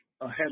ahead